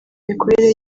mikorere